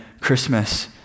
Christmas